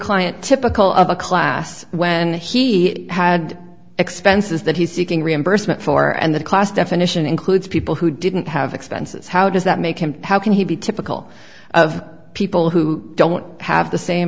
client typical of a class when he had expenses that he's seeking reimbursement for and the class definition includes people who didn't have expenses how does that make him how can he be typical of people who don't have the same